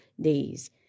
days